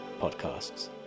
podcasts